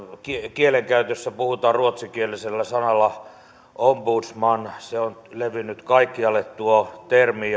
kielenkäytössä puhutaan ruotsinkielisellä sanalla ombudsman se on levinnyt kaikkialle tuo termi